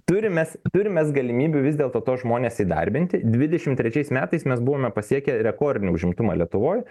turim mes turim mes galimybių vis dėlto tuos žmones įdarbinti dvidešim trečiais metais mes buvome pasiekę rekordinį užimtumą lietuvoj